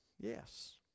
Yes